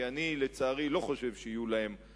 כי לצערי אני לא חושב שיהיו תוצאות,